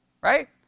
right